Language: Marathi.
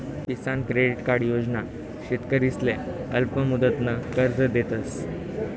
किसान क्रेडिट कार्ड योजना शेतकरीसले अल्पमुदतनं कर्ज देतस